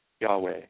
Yahweh